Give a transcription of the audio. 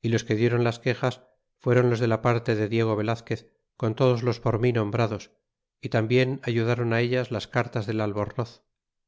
y los que diéron las quexas fueron los de la parte de diego velazquez con todos los por mí nombrados y tarnbien ayudaron á ellas las cartas del albornoz